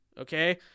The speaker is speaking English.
okay